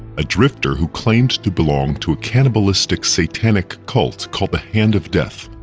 a drifter who claims to belong to a cannibalistic satanic cult called the hand of death,